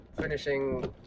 finishing